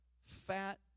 fat